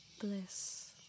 bliss